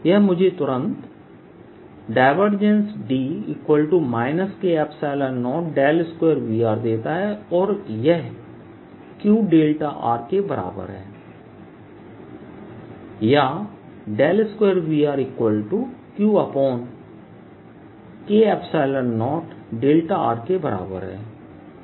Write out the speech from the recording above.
यह मुझे तुरंत D K02Vr देता है और यह Q δके बराबर है या 2VrQK0δ के बराबर है